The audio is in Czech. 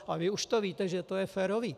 A vy už víte, že to je férové.